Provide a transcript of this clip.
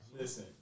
Listen